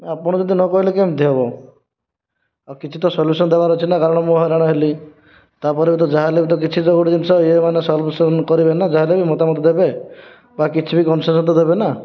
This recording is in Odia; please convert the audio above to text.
ଆପଣ ଯଦି ନ କହିଲେ କେମିତି ହେବ ଆଉ କିଛି ତ ସଲ୍ୟୁସନ୍ ଦେବାର ଅଛି ନା କାରଣ ମୁଁ ହଇରାଣ ହେଲି ତା'ପରେ ତ ଯାହା ହେଲେ ତ କିଛି ତ ଗୋଟିଏ ଜିନିଷ ଇଏ ମାନେ ସଲ୍ୟୁସନ୍ କରିବେ ନା ଯାହା ହେଲେ ବି ମତାମତ ଦେବେ ବା କିଛି ବି କମ୍ପନସେସନ୍ ତ ଦେବେ ନା